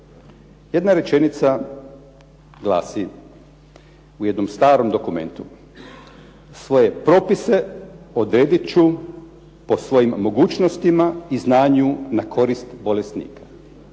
jedna rečenica glasi u jednom starom dokumentu: "Svoje propise odredit ću po svojim mogućnostima i znanju na korist bolesnika."